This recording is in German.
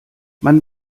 man